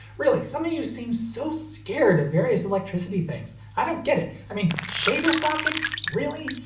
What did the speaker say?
really, some of you seem so scared of various electricity things. i don't get it. i mean, shaver sockets? really?